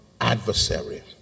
adversary